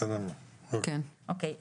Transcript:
אוקיי,